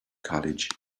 college